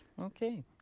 Okay